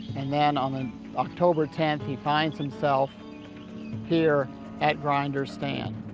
and then on and october tenth, he finds himself here at grinder's stand.